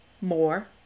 more